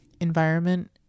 environment